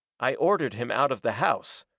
i ordered him out of the house.